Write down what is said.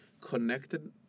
connected